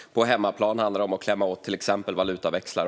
På hemmaplan handlar det bland annat om att klämma åt fuskande valutaväxlare.